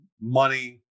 money